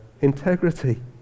integrity